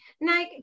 Now